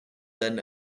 then